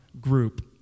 group